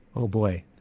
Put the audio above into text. oh boy.